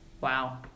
Wow